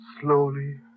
slowly